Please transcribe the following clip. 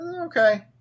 Okay